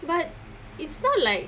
but it's not like